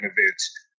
events